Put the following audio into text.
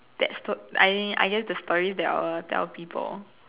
that sto I I guess the story that I will tell people